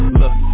look